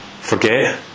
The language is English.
forget